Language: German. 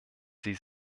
sie